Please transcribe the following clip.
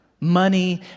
Money